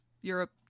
Europe